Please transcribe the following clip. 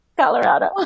Colorado